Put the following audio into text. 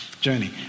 journey